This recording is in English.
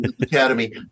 Academy